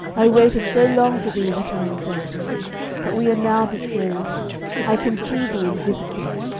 i waited so long for thee that i am dead but we are now betrothed i can see thee and visit thee.